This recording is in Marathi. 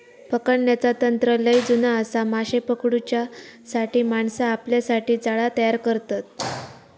पकडण्याचा तंत्र लय जुना आसा, माशे पकडूच्यासाठी माणसा आपल्यासाठी जाळा तयार करतत